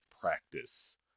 practice